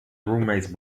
roommate’s